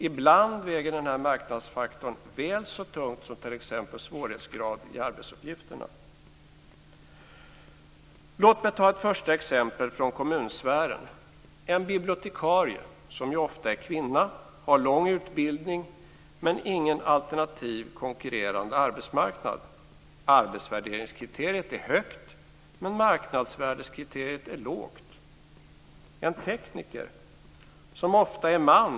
Ibland väger denna marknadsfaktor väl så tungt som t.ex. Låt mig ta ett första exempel från kommunsfären, nämligen en bibliotekarie, som ofta är kvinna, har lång utbildning, men har ingen alternativ konkurrerande arbetsmarknad. Arbetsvärderingskriteriet är högt, men marknadsvärderingsskriteriet är lågt. Sedan har vi en tekniker, som ofta är en man.